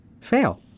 Fail